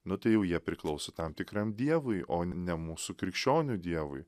nu tai jau jie priklauso tam tikram dievui o ne mūsų krikščionių dievui